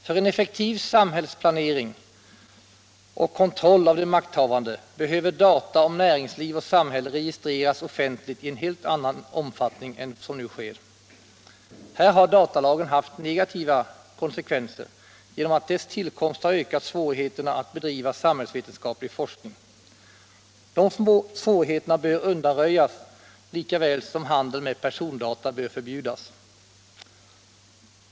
För en effektiv samhällsplanering och kontroll av de makthavande behöver data om näringsliv och samhälle registreras offentligt i en helt annat omfattning än nu. Här har datalagen haft negativa konsekvenser genom att dess tillkomst har ökat svårigheterna att bedriva samhällsvetenskaplig forskning. De svårigheterna bör undanröjas lika väl som handeln med persondata bör förbjudas.